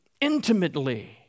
intimately